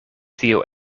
tio